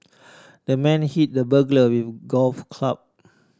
the man hit the burglar with a golf club